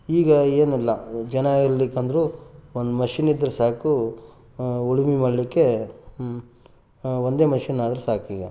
ಈಗ ಏನು ಇಲ್ಲ ಜನ ಇರ್ಲಿಲಿಲ್ಲ ಅಂದರು ಒಂದು ಮಷಿನ್ ಇದ್ದರೆ ಸಾಕು ಉಳುಮೆ ಮಾಡಲಿಕ್ಕೆ ಒಂದೇ ಮಷಿನ್ನಾದರೆ ಸಾಕೀಗ